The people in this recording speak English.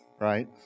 right